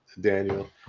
Daniel